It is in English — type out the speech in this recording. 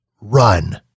run